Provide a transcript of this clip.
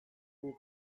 guk